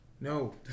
No